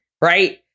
right